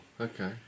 okay